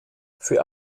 für